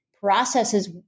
processes